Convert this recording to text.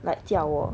like 叫我